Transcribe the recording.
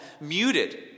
muted